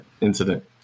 incident